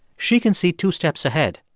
she can see two steps ahead.